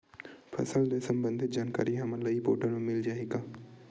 फसल ले सम्बंधित जानकारी हमन ल ई पोर्टल म मिल जाही का?